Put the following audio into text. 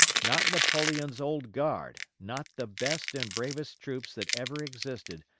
not napoleon's old guard, not the best and bravest troops that ever existed,